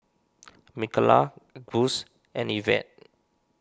Mikala Gus and Ivette